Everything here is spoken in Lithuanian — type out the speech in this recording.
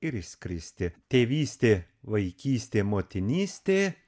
ir išskristi tėvystė vaikystė motinystė